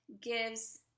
gives